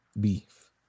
Beef